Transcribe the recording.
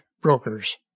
brokers